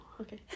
Okay